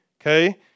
Okay